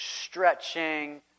stretching